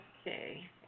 Okay